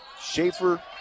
Schaefer